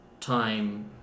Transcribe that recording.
time